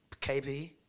KP